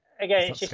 again